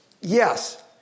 Yes